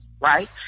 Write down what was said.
right